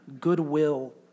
goodwill